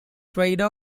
trades